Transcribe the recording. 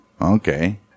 Okay